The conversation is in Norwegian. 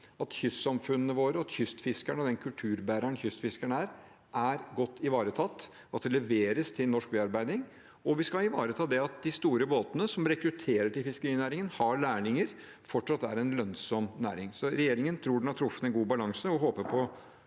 at kystsamfunnene våre og kystfiskerne, som de kulturbærerne de er, er godt ivaretatt, og at det leveres til norsk bearbeiding. Vi skal også ivareta det at de store båtene som rekrutterer til fiskerinæringen, har lærlinger, at de fortsatt er en lønnsom næring. Så regjeringen tror den har truffet en god balanse og håper på